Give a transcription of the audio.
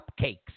cupcakes